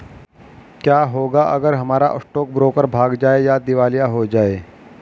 क्या होगा अगर हमारा स्टॉक ब्रोकर भाग जाए या दिवालिया हो जाये?